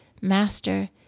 Master